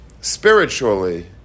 spiritually